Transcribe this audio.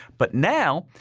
but now,